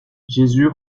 jésus